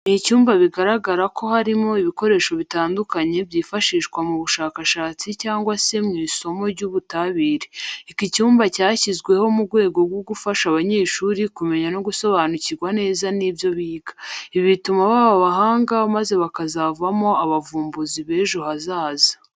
Ni icyumba bigaragara ko harimo ibikoresho bitandukanye byifashishwa mu bushakashatsi cyangwa se mu isomo ry'ubutabire. Iki cyumba cyashyizweho mu rwego rwo gufasha abanyeshuri kumenya no gusobanukirwa neza n'ibyo biga. Ibi bituma baba abahanga maze bakazavamo abavumbuzi b'ejo hazaza.